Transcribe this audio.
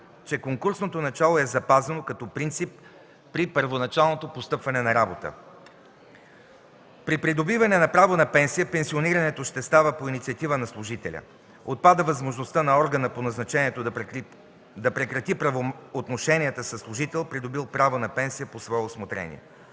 че конкурсното начало е запазено като принцип при първоначалното постъпване на работа. При придобиване на право на пенсия пенсионирането ще става по инициатива на служителя. Отпада възможността на органа по назначението да прекрати правоотношенията със служител, придобил право на пенсия, по свое усмотрение.